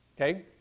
Okay